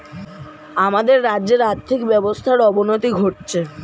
আমাদের রাজ্যের আর্থিক ব্যবস্থার অবনতি ঘটছে